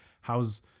how's